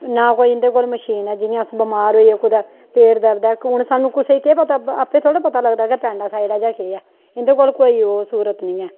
ना कोई इं'दे कोल कोई मशीन ऐ जि'यां अस बिमार होऐ कुतै पेट गी दर्द ऐ कुसै गी आपूं थोह्डे़ ना पता लगदा कुसै गी अपेंडिक्स ऐ जां केह् ऐ इं'दे कोल कोई स्हूलत निं ऐ